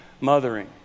mothering